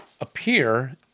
appear